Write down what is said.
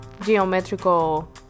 geometrical